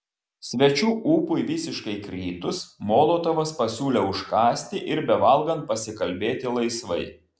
svečių ūpui visiškai kritus molotovas pasiūlė užkąsti ir bevalgant pasikalbėti laisvai